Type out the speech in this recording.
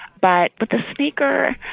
but with the sneaker,